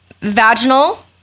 vaginal